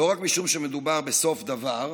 לא רק משום שמדובר בסוף דבר,